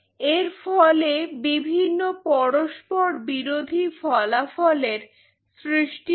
এর ফলে বিভিন্ন পরস্পর বিরোধী ফলাফলের সৃষ্টি হয়